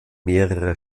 mehrere